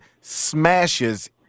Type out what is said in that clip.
smashes